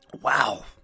Wow